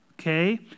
okay